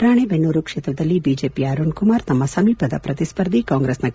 ರಾಣೆಬೆನ್ನೂರು ಕ್ಷೇತ್ರದಲ್ಲಿ ಬಿಜೆಪಿಯ ಅರುಣ್ ಕುಮಾರ್ ತಮ್ಮ ಸಮೀಪದ ಪ್ರತಿಸ್ಪರ್ಧಿ ಕಾಂಗ್ರೆಸ್ನ ಕೆ